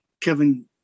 Kevin